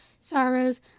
sorrows